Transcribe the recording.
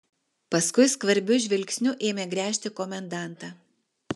paskui skvarbiu žvilgsniu ėmė gręžti komendantą